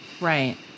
Right